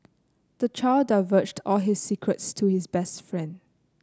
the child divulged all his secrets to his best friend